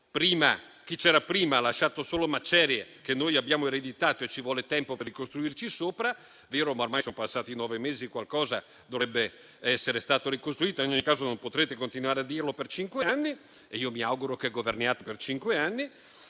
chi c'era prima ha lasciato solo macerie, che noi abbiamo ereditato, e ci vuole tempo per ricostruirci sopra. È vero, ma ormai sono passati nove mesi e qualcosa dovrebbe essere stato ricostruito; in ogni caso, non potrete continuare a dirlo per cinque anni (e io mi auguro che governiate per cinque anni).